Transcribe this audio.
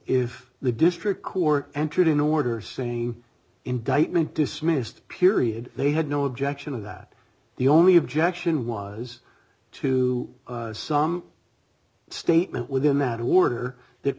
if the district court entered in order seen the indictment dismissed period they had no objection and that the only objection was to some statement within that order that